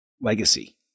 legacy